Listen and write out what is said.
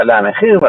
יעלה המחיר,